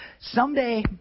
someday